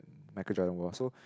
Micheal Jordan wore so